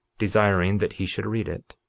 desiring that he should read it,